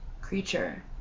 creature